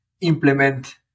implement